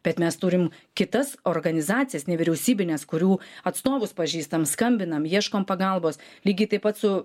bet mes turim kitas organizacijas nevyriausybines kurių atstovus pažįstam skambinam ieškom pagalbos lygiai taip pat su